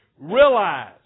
Realize